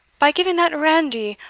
by giving that randy,